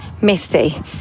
misty